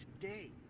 today